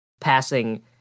passing